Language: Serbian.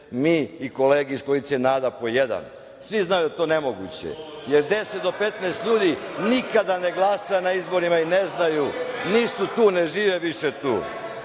mi i kolege iz koalicije NADA po jedan. Svi znaju da je to nemoguće, jer 10 do 15 ljudi nikada ne glasa na izborima i ne znaju, nisu tu, ne žive više tu.